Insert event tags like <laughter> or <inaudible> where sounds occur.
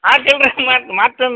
ಆಯ್ತು ಇಲ್ರಿ ಅಷ್ಟು ಮಾಡಿ <unintelligible>